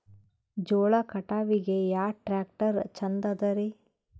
ಜೋಳ ಕಟಾವಿಗಿ ಯಾ ಟ್ಯ್ರಾಕ್ಟರ ಛಂದದರಿ?